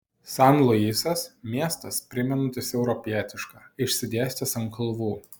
san luisas miestas primenantis europietišką išsidėstęs ant kalvų